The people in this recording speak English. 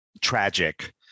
tragic